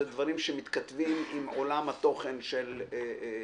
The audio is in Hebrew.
אלה דברים שמתכתבים עם עולם התוכן של העתיקות,